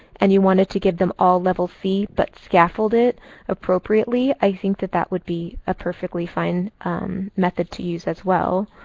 and you wanted to give them all level c, but scaffold it appropriately, i think that that would be a perfectly find method to use as well.